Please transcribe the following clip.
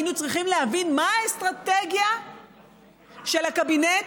היינו צריכים להבין מה האסטרטגיה של הקבינט